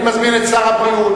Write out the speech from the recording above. אני מזמין את שר הבריאות,